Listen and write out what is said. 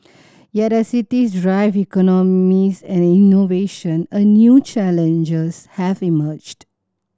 yet as cities drive economies and innovation a new challenges have emerged